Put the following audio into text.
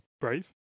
brave